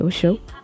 show